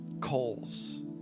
coals